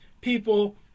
people